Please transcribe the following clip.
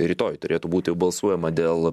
rytoj turėtų būt jau balsuojama dėl